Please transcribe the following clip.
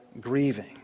grieving